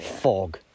Fog